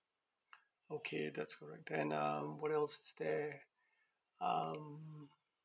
okay that's correct then um what else is there um